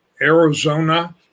Arizona